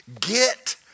get